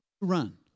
run